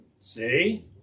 See